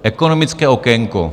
Ekonomické okénko: